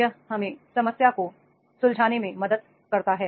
यह हमें समस्या को सुलझाने में मदद करता है